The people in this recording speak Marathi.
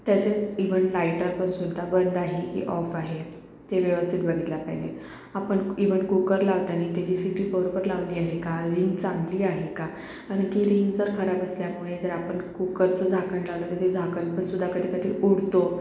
तसेच इव्हन लायटर पण सुद्धा बंद आहे की ऑफ आहे ते व्यवस्थित बघितलं पाहिजे आपण इव्हन कुकर लावताना त्याची शिट्टी बरोबर लावली आहे का रिंग चांगली आहे का कारण की रिंग जर खराब असल्यामुळे जर आपण कुकरचं झाकण लावलं तर ते झाकण पण सुद्धा कधी कधी उडतो